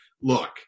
look